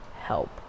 help